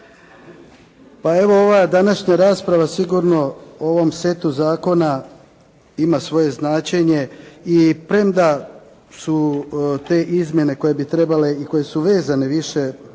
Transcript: Pa evo ova današnja rasprava sigurno u ovome setu zakona ima svoje značenje i premda su te izmjene koje bi trebale i koje su vezane više